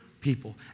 people